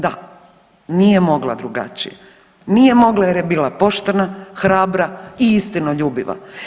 Da, nije mogla drugačije, nije mogla jer je bila poštena, hrabra i istinoljubiva.